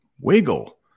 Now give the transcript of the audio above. Wiggle